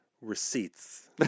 receipts